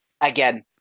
again